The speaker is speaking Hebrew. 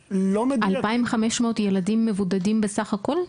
2,500 ילדים מבודדים בסך הכל?